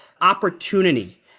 opportunity